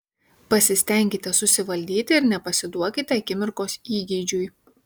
pasistenkite susivaldyti ir nepasiduokite akimirkos įgeidžiui